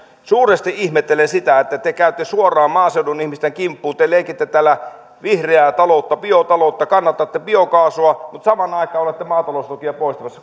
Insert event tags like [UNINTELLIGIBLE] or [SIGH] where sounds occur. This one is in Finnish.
suuresti ihmettelen sitä että te käytte suoraan maaseudun ihmisten kimppuun te leikitte täällä vihreää taloutta biotaloutta kannatatte biokaasua mutta samaan aikaan olette maataloustukia poistamassa [UNINTELLIGIBLE]